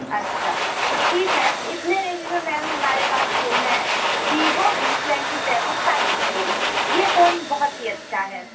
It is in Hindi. अच्छा तो ठीक है इतने रेंज में मैम हमारे पास फ़ोन है Vivo V twenty seven five G phone यह फ़ोन बहुत ही अच्छा है